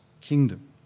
kingdom